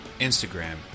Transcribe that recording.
Instagram